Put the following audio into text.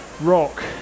rock